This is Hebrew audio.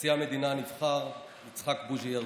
נשיא המדינה הנבחר יצחק בוז'י הרצוג,